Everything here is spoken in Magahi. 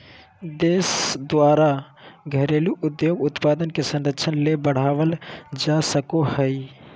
देश द्वारा घरेलू उद्योग उत्पाद के संरक्षण ले बढ़ावल जा सको हइ